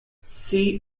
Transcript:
see